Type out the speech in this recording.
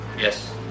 Yes